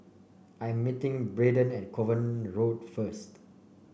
I am meeting Braedon at Kovan Road first